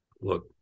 Look